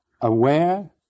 aware